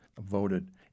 voted